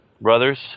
brothers